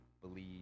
believe